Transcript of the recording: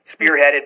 spearheaded